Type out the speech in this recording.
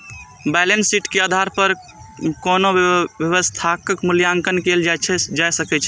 balance sheet के आधार पर कोनो व्यवसायक मूल्यांकन कैल जा सकैए